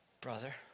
Brother